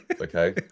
Okay